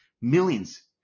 millions